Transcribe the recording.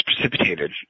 precipitated